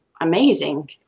amazing